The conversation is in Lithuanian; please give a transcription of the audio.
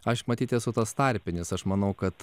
aš matyt esu tas tarpinis aš manau kad